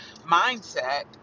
mindset